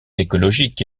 écologique